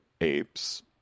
apes